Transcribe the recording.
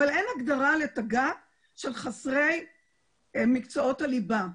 אבל אין הגדרה לתג"ת של חסרי מקצועות הליבה.